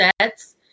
sets